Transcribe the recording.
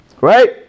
Right